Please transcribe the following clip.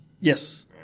Yes